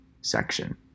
section